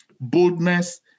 Boldness